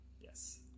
Yes